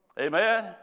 Amen